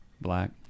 Black